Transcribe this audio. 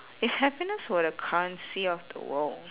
if happiness were the currency of the world